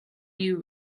you